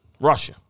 Russia